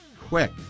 quick